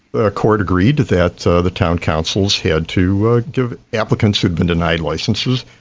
the court agreed that so the town councils had to give applicants who'd been denied licences,